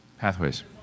Pathways